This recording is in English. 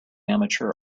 amateur